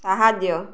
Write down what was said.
ସାହାଯ୍ୟ